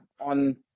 on